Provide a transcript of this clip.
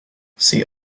see